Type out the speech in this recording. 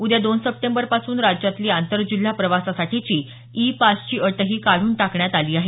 उद्या दोन सप्टेंबरपासून राज्यातली आंतरजिल्हा प्रवासासाठीची ई पासची अटही काढून टाकण्यात आली आहे